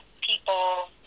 people